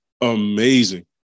Amazing